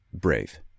brave